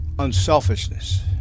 unselfishness